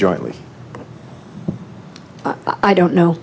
jointly i don't know